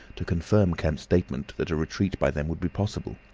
to confirm kemp's statement that a retreat by them would be possible.